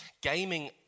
Gaming